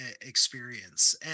experience